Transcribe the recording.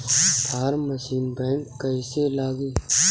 Form machine बैक कईसे लागी?